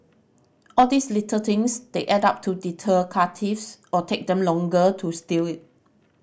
all these little things they add up to deter car thieves or take them longer to steal it